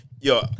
yo